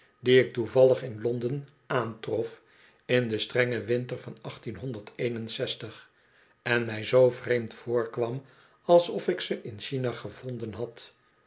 ik toevallig in londen aantrof in den strengen winter van en mij zoo vreemd voorkwam alsof ik ze in china gevonden had